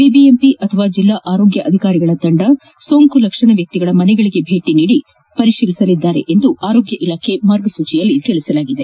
BBMP ಅಥವಾ ಜಿಲ್ಲಾ ಆರೋಗ್ಲಾಧಿಕಾರಿಗಳ ತಂಡ ಸೋಂಕು ಲಕ್ಷಣ ವ್ಯಕ್ತಿಗಳ ಮನೆಗಳಿಗೆ ಆಗಾಗ್ಗೆ ಭೇಟಿ ನೀಡಿ ಪರಿತೀಲಿಸಲಿದ್ದಾರೆ ಎಂದು ಆರೋಗ್ಯ ಇಲಾಖೆ ಮಾರ್ಗಸೂಚಿಯಲ್ಲಿ ತಿಳಿಸಲಾಗಿದೆ